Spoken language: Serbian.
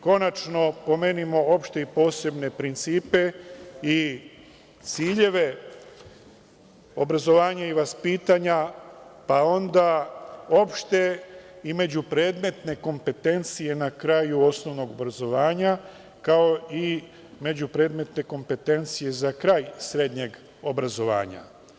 Konačno pomenimo opšte i posebne principe i ciljeve obrazovanja i vaspitanja, pa onda opšte i međupredmetne kompetencije na kraju osnovnog obrazovanja, kao i međupredmetne kompetencije za kraj srednjeg obrazovanja.